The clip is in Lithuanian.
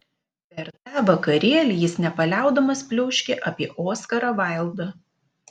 per tą vakarėlį jis nepaliaudamas pliauškė apie oskarą vaildą